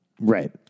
right